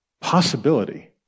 possibility